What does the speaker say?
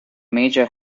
major